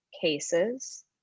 cases